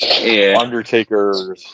Undertaker